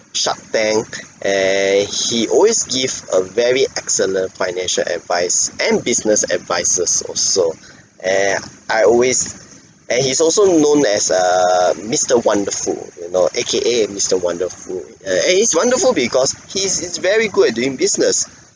shark tank and he always give a very excellent financial advice and business advises also and I always and he's also known as err mister wonderful you know A_K_A mister wonderful err and it's wonderful because he is he's very good at doing business